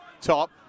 top